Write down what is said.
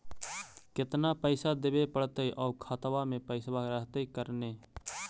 केतना पैसा देबे पड़तै आउ खातबा में पैसबा रहतै करने?